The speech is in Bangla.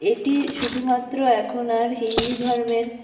এটি শুধুমাত্র এখন আর হিন্দু ধর্মের